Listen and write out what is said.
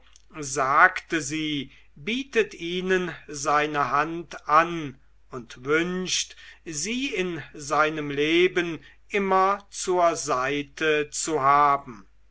sagte sie bietet ihnen seine hand an und wünscht sie in seinem leben immer zur seite zu haben